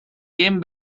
came